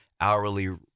hourly